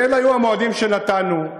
אלה היו המועדים שנתנו.